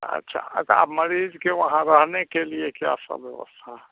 अच्छा तो आप मरीज़ के वहाँ रहने के लिए क्या सब व्यवस्था है